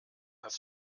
das